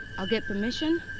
i'll get permission,